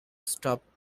stopped